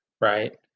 right